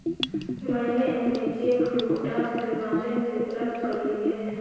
मैनें अपनी cheque book डाक के माध्यम से प्राप्त कर ली है